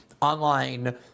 online